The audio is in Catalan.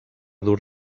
dur